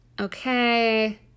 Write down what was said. Okay